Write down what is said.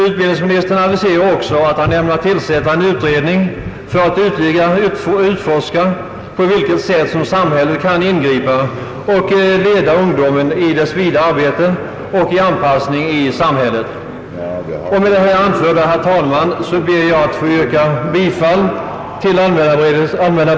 Utbildningsministern aviserar också att han ämnar tillsätta en utredning för att ytterligare utforska på vilket sätt samhället kan ingripa och leda ungdomen i dess arbete och anpassning i samhället. Herr talman! Med det anförda ber jag att få yrka bifall till allmänna beredningsutskottets förslag.